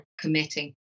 committing